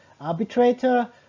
arbitrator